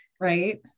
Right